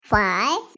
Five